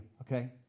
okay